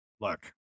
look